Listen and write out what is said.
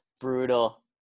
Brutal